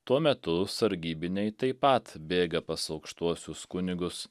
tuo metu sargybiniai taip pat bėga pas aukštuosius kunigus